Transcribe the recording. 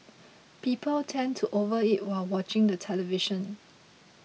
people tend to overeat while watching the television